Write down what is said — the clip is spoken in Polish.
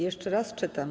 Jeszcze raz czytam.